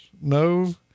no